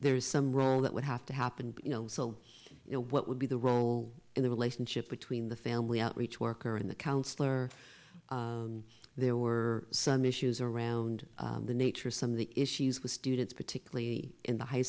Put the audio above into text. there is some role that would have to happen you know so what would be the role in the relationship between the family outreach worker and the counsellor there were some issues around the nature some of the issues with students particularly in the high